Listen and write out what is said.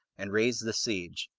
and raised the siege.